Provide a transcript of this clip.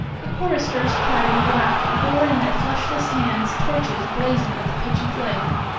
the choristers, clad in black, bore in their fleshless hands torches blazing with a pitchy flame.